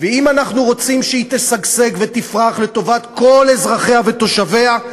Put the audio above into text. ואם אנחנו רוצים שהיא תשגשג ותפרח לטובת כל אזרחיה ותושביה,